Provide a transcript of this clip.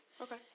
Okay